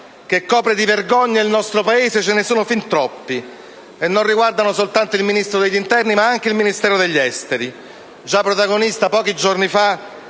che copre di vergogna il nostro Paese, ne presenta fin troppi, e non riguardano solo il Ministero dell'interno, ma anche il Ministero degli affari esteri, già protagonista, pochi giorni fa,